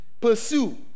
Pursue